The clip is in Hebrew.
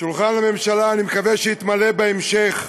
שולחן הממשלה, אני מקווה שיתמלא בהמשך,